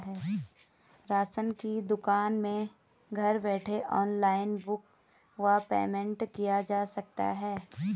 Ration की दुकान में घर बैठे ऑनलाइन बुक व पेमेंट किया जा सकता है?